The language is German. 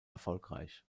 erfolgreich